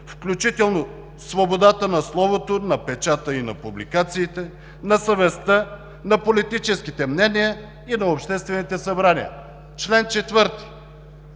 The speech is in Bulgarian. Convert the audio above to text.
включително свободата на словото, на печата и на публикациите, на съвестта, на политическите мнения и на обществените събрания. Чл. 4.